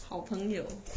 好朋友